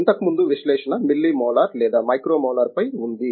ఇంతకుముందు విశ్లేషణ millimolar లేదా మైక్రో మోలార్పై ఉంది